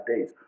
days